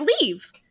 leave